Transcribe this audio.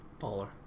baller